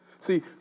See